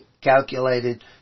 calculated